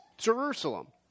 Jerusalem